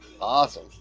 awesome